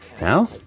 Now